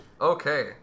Okay